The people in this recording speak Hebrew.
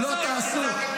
לא תעשו.